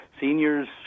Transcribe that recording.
seniors